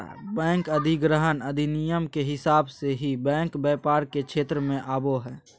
bank अधिग्रहण अधिनियम के हिसाब से ही बैंक व्यापार के क्षेत्र मे आवो हय